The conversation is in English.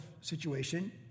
situation